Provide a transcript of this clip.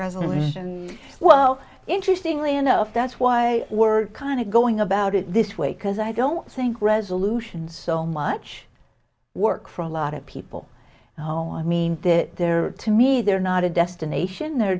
resolution well interestingly enough that's why we're kind of going about it this way because i don't think resolutions so much work for a lot of people mean that they're to me they're not a destination they're